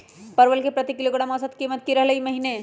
परवल के प्रति किलोग्राम औसत कीमत की रहलई र ई महीने?